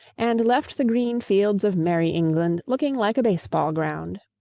and left the green fields of merry england looking like a base-ball ground.